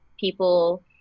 people